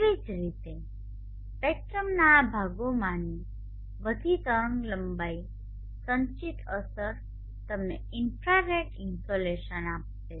તેવી જ રીતે સ્પેક્ટ્રમના આ ભાગોમાંની બધી તરંગલંબાઇની સંચિત અસર તમને ઇન્ફ્રારેડ ઇન્સોલેશન આપશે